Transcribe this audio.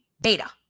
data